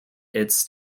its